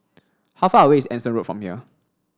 how far away is Anson Road from here